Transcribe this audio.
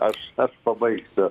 aš pabaigsiu